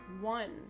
One